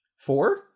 Four